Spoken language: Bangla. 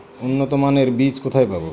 উন্নতমানের বীজ কোথায় পাব?